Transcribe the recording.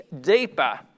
deeper